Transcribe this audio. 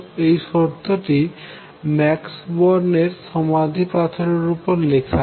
এই শর্তটি Max Born এর সমাধি পাথর এর উপর লেখা রয়েছে